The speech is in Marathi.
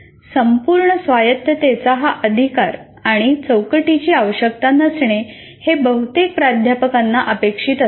संपूर्ण स्वायत्ततेचा हा अधिकार आणि चौकटीची आवश्यकता नसणे हे बहुतेक प्राध्यापकांना अपेक्षित असते